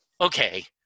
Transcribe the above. okay